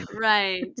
Right